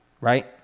right